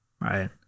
right